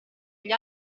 gli